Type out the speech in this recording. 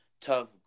tough